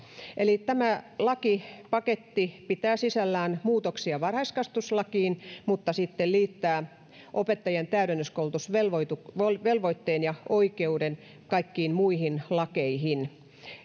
eli tämä lakipaketti pitää sisällään muutoksia varhaiskasvatuslakiin mutta sitten liittää opettajien täydennyskoulutusvelvoitteen ja oikeuden kaikkiin muihin lakeihin